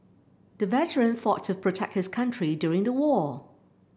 the veteran fought to protect his country during the war